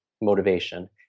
Motivation